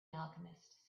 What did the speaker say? alchemist